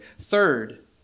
Third